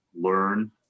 learn